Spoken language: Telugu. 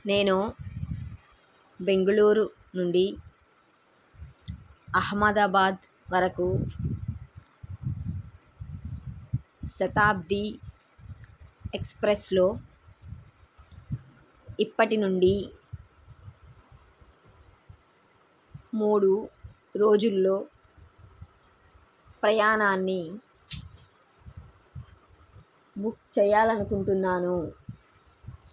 నేను బెంగుళూరు నుండి అహ్మదాబాద్ వరకు శతాబ్ది ఎక్స్ప్రెస్స్లో ఇప్పటి నుండి మూడు రోజుల్లో ప్రయాణాన్ని బుక్ చేయాలి అనుకుంటున్నాను